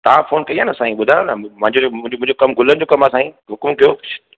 हा फोन कई आहे न साईं ॿुधायो न मुंहिंजो मुंहिंजो कमु गुलनि जो कमु आहे हुकूम कयो